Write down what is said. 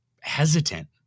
hesitant